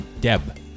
Deb